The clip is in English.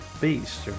beast